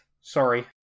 Sorry